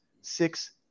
Six